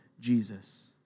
Jesus